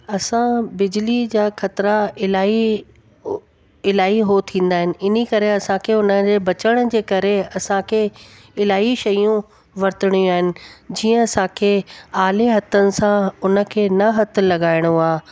असां बिजली जा खतरा इलाही इलाही उहे थींदा आहिनि इन करे असांखे उन जे बचण जे करे असांखे इलाही शयूं वतणियूं आहिनि जीअं असांखे आले हथनि सां उन खे न हथु लॻाइणो आहे